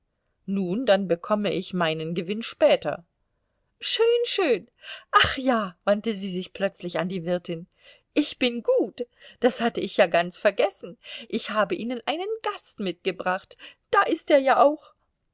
nun dann bekomme ich meinen gewinn später schön schön ach ja wandte sie sich plötzlich an die wirtin ich bin gut das hatte ich ja ganz vergessen ich habe ihnen einen gast mitgebracht da ist er ja auch